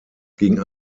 ging